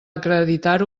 acreditar